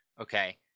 Okay